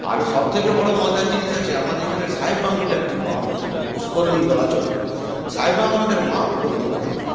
আরো সবথেকে বড়ো মজার জিনিস আছে আমাদের এখানের সাহেব বাঁধ বলে একটি বাঁধ আছে পুষ্করিণী বলা চলে সাহেব বাঁধ আমাদের মাও বলতে পারি আমরা